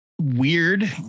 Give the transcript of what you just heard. weird